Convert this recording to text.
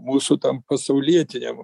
mūsų tam pasaulietiniam